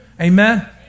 Amen